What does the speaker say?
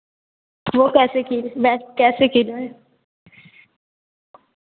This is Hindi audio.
वह कैसे किलो वह कैसे किलो है